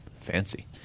Fancy